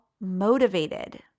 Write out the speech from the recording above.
motivated